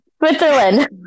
Switzerland